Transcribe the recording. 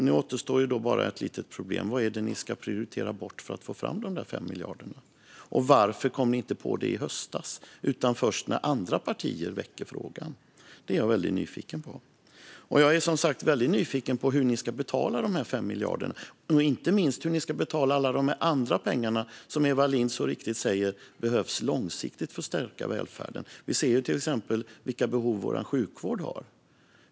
Nu återstår bara ett litet problem: Vad är det ni ska prioritera bort för att få fram dessa 5 miljarder? Och varför kom ni inte på det i höstas utan först när andra partier väckte frågan? Det är jag väldigt nyfiken på. Inte minst är jag också nyfiken på hur ni ska betala alla de här andra pengarna som Eva Lindh så riktigt säger behövs långsiktigt för att stärka välfärden. Vi ser till exempel vilka behov vår sjukvård har.